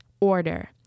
order